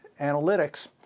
analytics